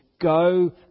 go